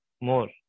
more